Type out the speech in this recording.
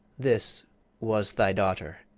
this was thy daughter.